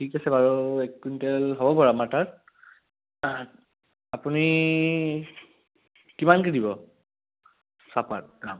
ঠিক আছে বাৰু এক কুইণটল হ'ব বাৰু আমাৰ তাত আপুনি কিমানকৈ দিব চাহপাত দাম